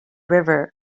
river